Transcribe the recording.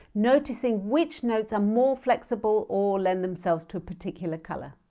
noticing which notes ah more flexible or lend themselves to a particular colour